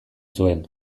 zuen